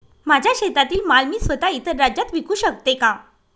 माझ्या शेतातील माल मी स्वत: इतर राज्यात विकू शकते का?